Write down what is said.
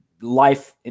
life